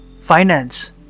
finance